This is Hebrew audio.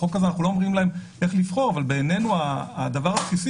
בחוק הזה אנחנו לא אומרים להם איך לבחור אבל הדבר הבסיסי